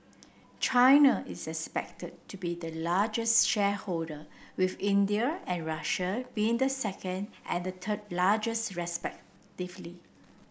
China is expected to be the largest shareholder with India and Russia being the second and third largest respectively